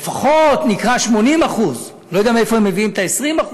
לפחות 80%; לא יודע מאיפה הם מביאים את ה-20%.